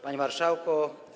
Panie Marszałku!